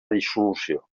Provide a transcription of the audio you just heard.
dissolució